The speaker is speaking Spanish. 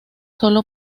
sólo